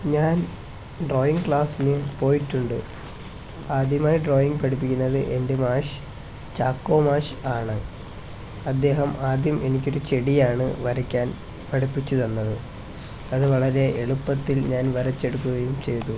ഞാൻ ഡ്രോയിങ് ക്ലാസ്സിന് പോയിട്ടുണ്ട് ആദ്യമായി ഡ്രോയിങ് പഠിപ്പിക്കുന്നത് എൻ്റെ മാഷ് ചാക്കോ മാഷ് ആണ് അദ്ദേഹം ആദ്യം എനിക്കൊരു ചെടിയാണ് വരയ്ക്കാൻ പഠിപ്പിച്ചുതന്നത് അത് വളരെ എളുപ്പത്തിൽ ഞാൻ വരച്ചെടുക്കുകയും ചെയ്തു